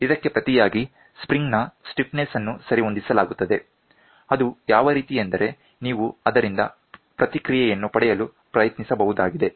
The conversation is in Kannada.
ಇದಕ್ಕೆ ಪ್ರತಿಯಾಗಿ ಸ್ಪ್ರಿಂಗ್ ನ ಸ್ಟಿಫ್ನೆಸ್ ಅನ್ನು ಸರಿಹೊಂದಿಸಲಾಗುತ್ತದೆ ಅದು ಯಾವ ರೀತಿ ಎಂದರೆ ನೀವು ಅದರಿಂದ ಪ್ರತಿಕ್ರಿಯೆಯನ್ನು ಪಡೆಯಲು ಪ್ರಯತ್ನಿಸಬಹುದಾಗಿದೆ